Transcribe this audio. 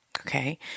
Okay